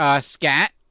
Scat